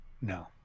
No